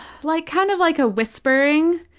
like kind of like a whispering,